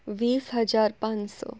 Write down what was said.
વીસ હજાર પાંચસો